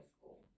school